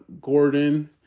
Gordon